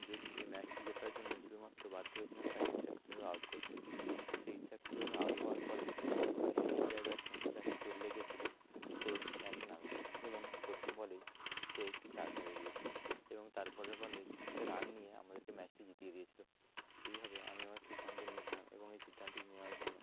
যদিও এই ম্যাচটি জেতার জন্যে শুধুমাত্র বাধ্য হয়েছিলাম তাকে ইচ্ছাকৃতভাবে আউট করতে সেই ইচ্ছাকৃতভাবে আউট হওয়ার পরে হ্যান্ড ডিক্লেয়ার ব্যাটসম্যান যাকে চোট লেগেছিলো সে ম্যাচে নামে এবং প্রথম বলেই সে একটি চার মেরে দিয়েছিলো এবং তার পরের বলে সে রান নিয়ে আমাদেরকে ম্যাচটি জিতিয়ে দিয়েছিলো এইভাবে আমি আমার সিদ্ধান্ত নিয়েছিলাম এবং এই সিদ্ধান্তটি নেওয়ার জন্য